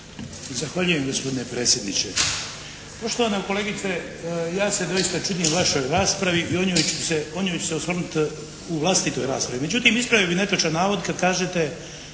Zahvaljujem gospodine predsjedniče. Poštovana kolegice ja se doista čudim vašoj raspravi i o njoj ću se, o njoj ću se osvrnuti u vlastitoj raspravi. Međutim ispravio bih netočan navod kad kažete